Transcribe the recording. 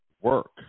work